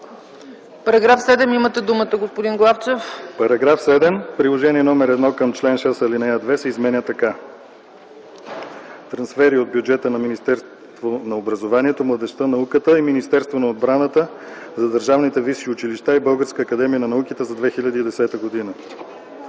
„§ 7. Приложение № 1 към чл. 6, ал. 2 се изменя така: „Трансфери от бюджета на Министерството на образованието, младежта и науката и Министерството на отбраната за държавните висши училища и Българската академия на науките за 2010 г.”